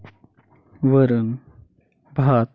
वरणभात